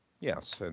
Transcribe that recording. yes